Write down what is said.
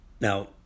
Now